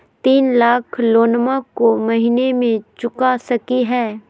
तीन लाख लोनमा को महीना मे चुका सकी हय?